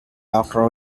doctor